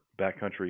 backcountry